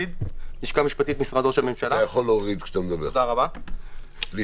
שתקף את מדינת ישראל בהפתעה כמו את